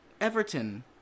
Everton